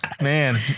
Man